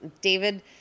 David